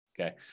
Okay